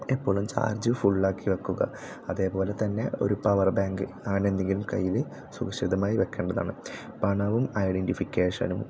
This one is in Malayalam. ചാർജ്ജ് ഫുള്ളാക്കി വെക്കുക അതേപോലെ തന്നെ ഒരു പവർ ബാങ്ക് അങ്ങനെ എന്തെങ്കിലും കയ്യിൽ സുരക്ഷിതമായി വെക്കേണ്ടതാണ് പണവും ഐഡൻറ്റിഫിക്കേഷനും